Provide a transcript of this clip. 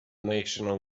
national